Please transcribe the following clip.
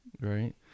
right